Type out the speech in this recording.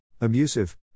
abusive